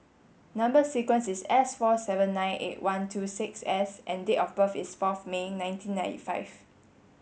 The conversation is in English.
number sequence is S four seven nine eight one two six S and date of birth is forth May nineteen ninety five